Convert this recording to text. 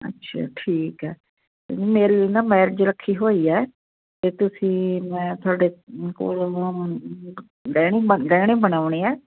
ਅੱਛਾ ਠੀਕ ਹੈ ਮੇਰੇ ਨਾ ਮੈਰਿਜ ਰੱਖੀ ਹੋਈ ਆ ਅਤੇ ਤੁਸੀਂ ਮੈਂ ਤੁਹਾਡੇ ਕੋਲੋਂ ਗਹਿ ਗਹਿਣੇ ਬਣਵਾਉਣੇ ਆ